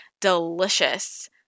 delicious